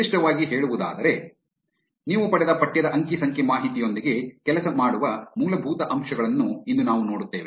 ನಿರ್ದಿಷ್ಟವಾಗಿ ಹೇಳುವುದಾದರೆ ನೀವು ಪಡೆದ ಪಠ್ಯದ ಅಂಕಿ ಸಂಖ್ಯೆ ಮಾಹಿತಿಯೊಂದಿಗೆ ಕೆಲಸ ಮಾಡುವ ಮೂಲಭೂತ ಅಂಶಗಳನ್ನು ಇಂದು ನಾವು ನೋಡುತ್ತೇವೆ